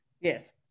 Yes